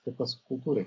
tipas kultūrai